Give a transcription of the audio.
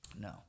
No